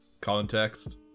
context